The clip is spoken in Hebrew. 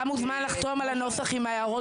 אתה מוזמן לחתום על הנוסח עם ההערות